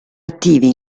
attivi